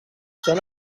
són